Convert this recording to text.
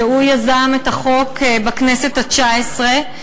שיזם את החוק בכנסת התשע-עשרה.